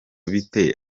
bite